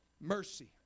mercy